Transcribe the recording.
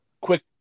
quick